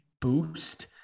boost